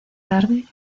tarde